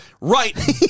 Right